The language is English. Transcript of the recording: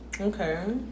Okay